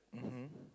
mmhmm